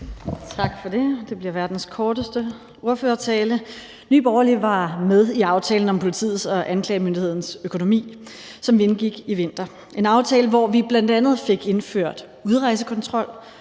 Tak for det. Det bliver verdens korteste ordførertale. Nye Borgerlige er med i aftalen om politiets og anklagemyndighedens økonomi, som vi indgik i vinter. Det er en aftale, hvor vi bl.a. fik indført udrejsekontrol